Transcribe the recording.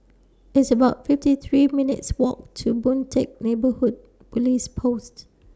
It's about fifty three minutes' Walk to Boon Teck Neighbourhood Police Posts